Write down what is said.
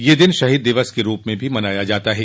यह दिन शहीद दिवस के रूप में भी मनाया जाता है